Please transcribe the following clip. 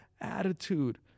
attitude